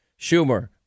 Schumer